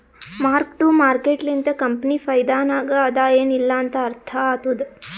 mark to market ಲಿಂತ ಕಂಪನಿ ಫೈದಾನಾಗ್ ಅದಾ ಎನ್ ಇಲ್ಲಾ ಅಂತ ಅರ್ಥ ಆತ್ತುದ್